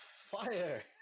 Fire